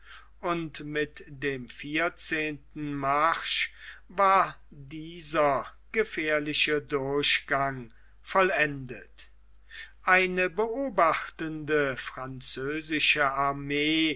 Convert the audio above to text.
und mit dem vierzehnten marsch war dieser gefährliche durchgang vollendet eine beobachtende französische armee